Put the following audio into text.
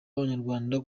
abanyarwanda